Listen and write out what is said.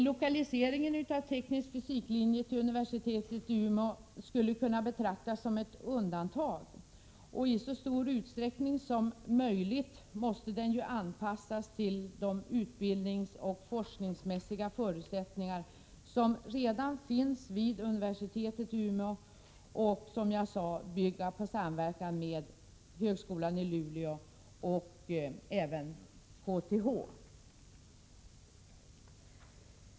Lokaliseringen av en linje för teknisk fysik till universitetet i Umeå skulle kunna betraktas som ett undantag. I så stor utsträckning som möjligt måste den ju anpassas till de utbildningsoch forskningsmässiga förutsättningar som redan finns vid universitetet i Umeå. Som jag sade, måste den bygga på samverkan med högskolan i Luleå och även med KTH.